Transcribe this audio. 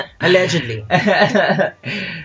Allegedly